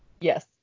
yes